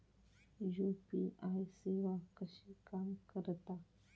UPI सेवा कशी काम करता?